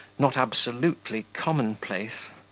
not absolutely commonplace.